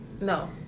No